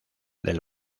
del